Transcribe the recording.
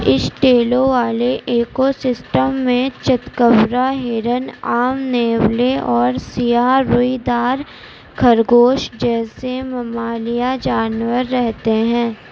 اسٹیلو والے ecosystem میں چتکبرا ہرن عام نیولے اور سیاہ روئی دار خرگوش جیسے ممالیہ جانور رہتے ہیں